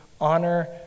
honor